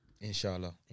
Inshallah